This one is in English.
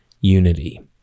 unity